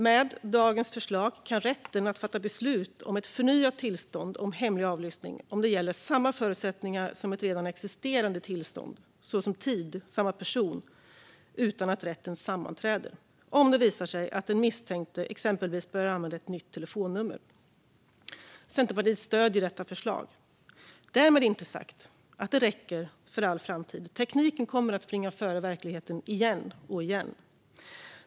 Med dagens förslag kan rätten fatta beslut om ett förnyat tillstånd om hemlig avlyssning om det gäller samma förutsättningar som ett redan existerande tillstånd - till exempel vad gäller tid och person - utan att rätten sammanträder om det visar sig att den misstänkte exempelvis börjar att använda ett nytt telefonnummer. Centerpartiet stöder detta förslag, men därmed inte sagt att det räcker för all framtid. Tekniken kommer att springa före verkligheten igen och igen.